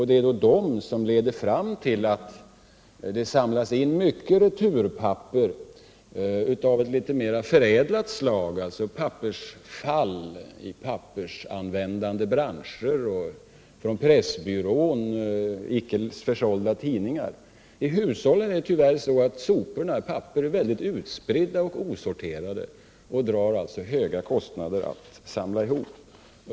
Det är det som leder fram till att det samlas in mycket returpapper av litet mer förädlat slag, papperavsfall i pappersanvändande branscher och överblivna tidningar från Pressbyrån. De sopor och det papper som kommer från hushållen är tyvärr väldigt utspridda och osorterade och drar därför höga kostnader att samla ihop.